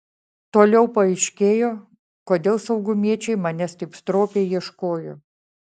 toliau paaiškėjo kodėl saugumiečiai manęs taip stropiai ieškojo